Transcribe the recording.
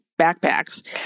backpacks